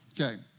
okay